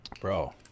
Bro